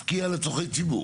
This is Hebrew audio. הפקיעה לצורכי ציבור.